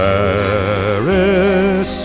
Paris